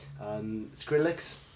Skrillex